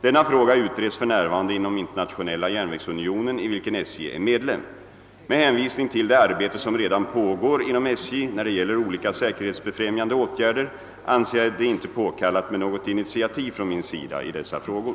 Denna fråga utreds f.n. inom Internationella järnvägsunionen, i vilken SJ är medlem. Med hänvisning till det arbete som redan pågår inom SJ när det gäller olika säkerhetsbefrämjande åtgärder anser jag det inte påkallat med något initiativ från min sida i dessa frågor.